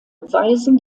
weisen